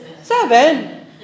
seven